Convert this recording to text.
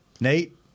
Nate